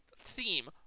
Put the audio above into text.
theme